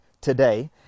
today